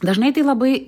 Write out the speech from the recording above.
dažnai tai labai